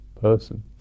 person